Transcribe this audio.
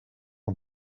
een